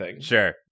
Sure